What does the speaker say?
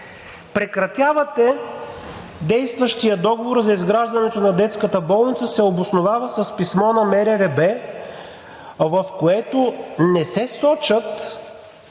Прекратяването на действащия договор за изграждането на детската болница се обосновава с писмо на МРРБ, в което не се сочат